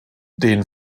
den